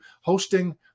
hosting